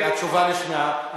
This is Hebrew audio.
התשובה נשמעה.